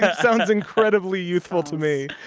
but sounds incredibly youthful to me